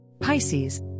Pisces